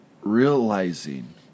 realizing